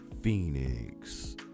Phoenix